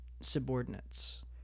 subordinates